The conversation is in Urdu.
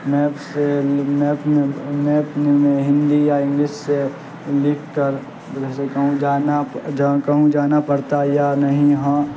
میپ سے میپ میں میپ میں ہندی یا انگلش سے لکھ کر جیسے کہوں جانا کہوں جانا پڑتا ہے یا نہیں ہاں